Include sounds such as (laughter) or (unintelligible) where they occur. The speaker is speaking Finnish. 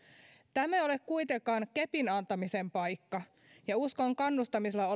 tämä ei ole kuitenkaan kepin antamisen paikka ja uskon kannustamisella (unintelligible)